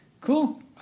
Cool